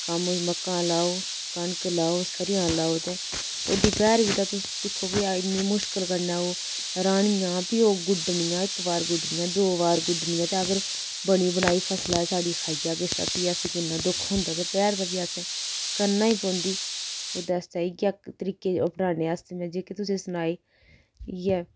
कम्म मक्कां लाओ कनक लाओ सरेआं लाओ ते ओह्दी पैह्र बी तुस दिक्खो कि अज्ज इन्नी मुश्कल कन्नै ओह राह्नियां फ्ही ओह् गुड्डनियां इक बार गुड्डनियां दो बार गुड्डनियां ते अगर बनी बनाई फसलै साढ़ी गी खाई जा किश ते फ्ही असें किन्ना दुक्ख होंदा ते पैह्र करियै असेंई करना ई पौंदी ओह्दे आस्तै इयै तरीके दी अपनाने अस जेह्के तुसेंगी सनाए इ'यै